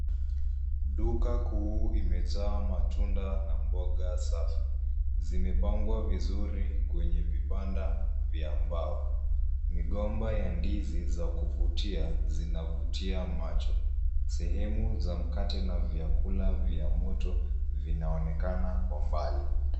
Duka kuu imejaa matunda na mboga safi. Zimepangwa vizuri kwenye vibanda vya mbao. Migomba ya ndizi za kuvutia, zinavutia macho. Sehemu za mkate na vyakula vya moto vinaonekana kwa mbali.